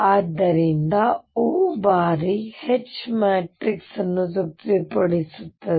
ಆದ್ದರಿಂದ O O ಬಾರಿ H ನ ಮ್ಯಾಟ್ರಿಕ್ಸ್ ಅನ್ನು ತೃಪ್ತಿಪಡಿಸುತ್ತದೆ